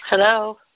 Hello